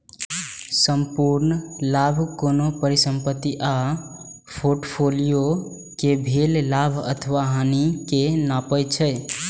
संपूर्ण लाभ कोनो परिसंपत्ति आ फोर्टफोलियो कें भेल लाभ अथवा हानि कें नापै छै